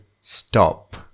stop